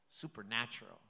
Supernatural